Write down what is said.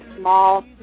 small